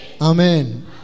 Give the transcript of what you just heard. Amen